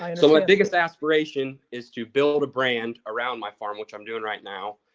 um so, my biggest aspiration is to build a brand around my farm, which i'm doing right now,